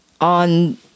on